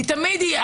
תמיד תהיה.